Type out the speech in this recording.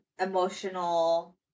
emotional